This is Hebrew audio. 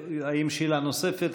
האם, שאלה נוספת?